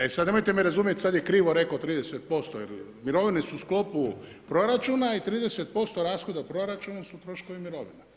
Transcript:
E sad nemojte me razumjeti, sad je krivo rekao 30%, jer mirovine su u sklopu proračuna i 30% rashoda u proračunu su troškovi mirovina.